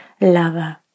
lover